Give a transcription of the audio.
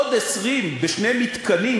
עוד 20 בשני מתקנים,